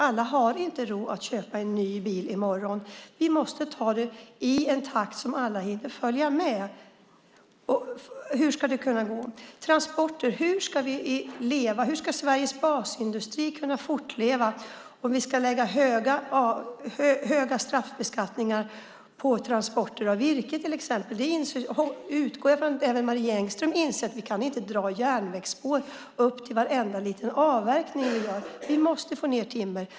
Alla har inte råd att köpa en ny bil i morgon. Vi måste ta det i en takt som alla hinner följa med i. Hur ska vi leva? Hur ska Sveriges basindustri kunna fortleva om vi lägger höga straffbeskattningar på transporter av virke till exempel? Jag utgår ifrån att även Marie Engström inser att vi inte kan dra järnvägsspår till varenda liten avverkning. Vi måste få ned timmer.